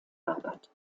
arbeitet